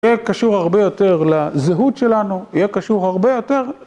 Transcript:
יהיה קשור הרבה יותר לזהות שלנו, יהיה קשור הרבה יותר.